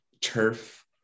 turf